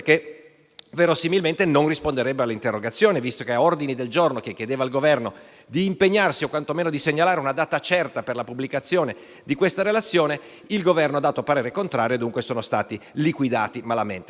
verosimilmente, il Governo non risponderebbe visto che a ordini del giorno che chiedevano al Governo di impegnarsi o quanto meno di segnalare una data certa per la pubblicazione di questa relazione, il Governo ha espresso parere contrario e dunque sono stati liquidati malamente.